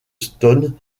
stone